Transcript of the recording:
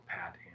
pat